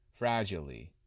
fragilely